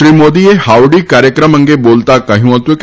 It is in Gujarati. શ્રી મોદીએ હાઉડી કાર્યક્રમ અંગે બોલતા કહ્યું હતું કે